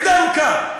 בדם קר,